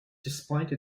despite